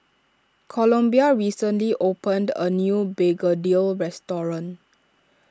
Columbia recently opened a new Begedil restaurant